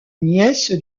nièce